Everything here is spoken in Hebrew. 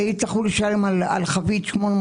ועכשיו הם יצטרכו לשלם על חבית 800,